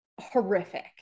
horrific